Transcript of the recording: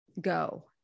go